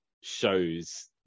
shows